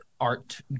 art